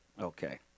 Okay